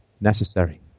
necessary